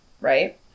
right